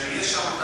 שיש שם,